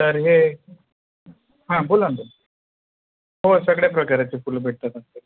तर हे हां बोला ना हो सगळ्या प्रकाराची फुलं भेटतात आमच्या